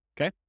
okay